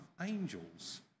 angels